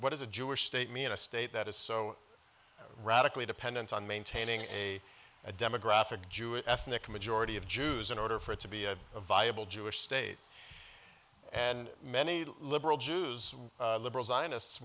what is a jewish state mean a state that is so radically dependent on maintaining a demographic jewish ethnic majority of jews in order for it to be a viable jewish state and many liberal jews liberal zionists